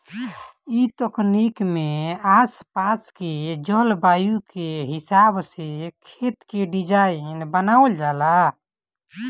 ए तकनीक में आस पास के जलवायु के हिसाब से खेत के डिज़ाइन बनावल जाला